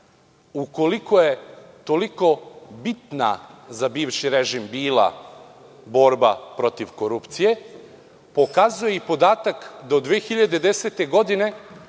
ukoliko je toliko bitna za bivši režim bila borba protiv korupcije, pokazuje i podatak do 2010. godine,